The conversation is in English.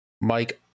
mike